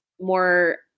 more